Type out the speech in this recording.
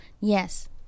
Yes